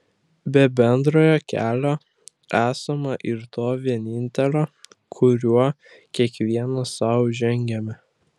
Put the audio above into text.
be bendrojo kelio esama ir to vienintelio kuriuo kiekvienas sau žengiame